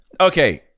okay